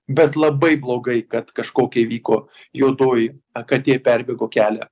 bet labai blogai kad kažkokia įvyko juodoji katė perbėgo kelią